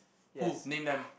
yes